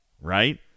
right